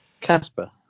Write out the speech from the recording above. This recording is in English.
Casper